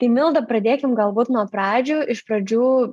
tai milda pradėkim galbūt nuo pradžių iš pradžių